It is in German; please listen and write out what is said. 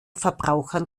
verbrauchern